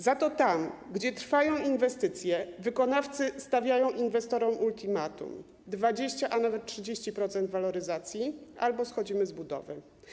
Za to tam, gdzie trwają inwestycje, wykonawcy stawiają inwestorom ultimatum - 20%, a nawet 30% waloryzacji albo schodzimy z budowy.